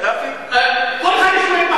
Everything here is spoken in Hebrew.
כל אחד יש לו התמחות.